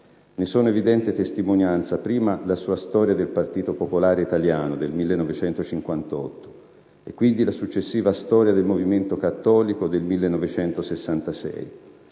Ne sono evidente testimonianza prima la sua «Storia del Partito popolare italiano» del 1958 e quindi la successiva «Storia del movimento cattolico» del 1966.